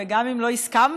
וגם אם לא הסכמנו,